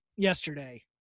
Yesterday